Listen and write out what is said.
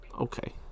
Okay